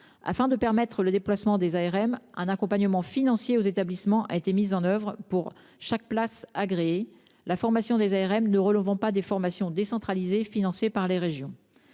Afin de permettre le déploiement des ARM, un accompagnement financier aux établissements a été mis en oeuvre pour chaque place agréée, la formation des ARM ne relevant pas des formations décentralisées financées par les régions.